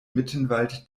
mittenwald